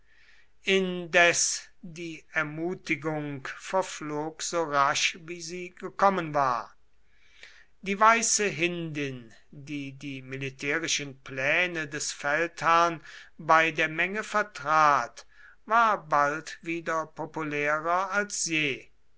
indes die entmutigung verflog so rasch wie sie gekommen war die weiße hindin die die militärischen pläne des feldherrn bei der menge vertrat war bald wieder populärer als je